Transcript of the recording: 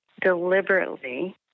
deliberately